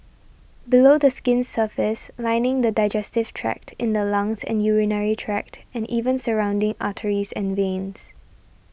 below the skin's surface lining the digestive tract in the lungs and urinary tract and even surrounding arteries and veins